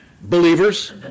Believers